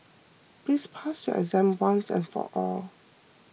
please pass your exam once and for all